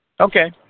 Okay